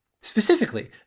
Specifically